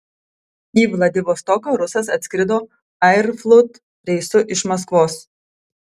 į vladivostoką rusas atskrido aeroflot reisu iš maskvos